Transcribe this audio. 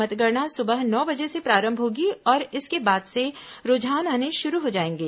मतगणना सुबह नौ बजे से प्रारंभ होगी और इसके बाद से रूझान आने शुरू हो जाएंगे